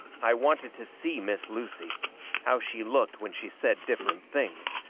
i wanted to see miss lucy how she looked when she said different things,